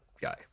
guy